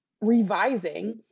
revising